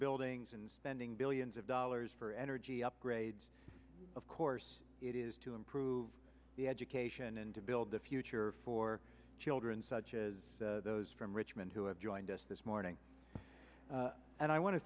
buildings and spending billions of dollars for energy upgrades of course it is to improve the education and to build the future for children such as those from richmond who have joined us this morning and i want to